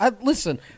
Listen